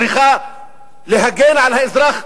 צריכה להגן על האזרח,